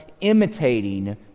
imitating